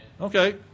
Okay